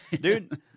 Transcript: Dude